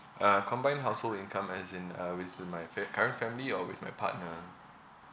uh combined household income as in uh with my fa~ current family or with my partner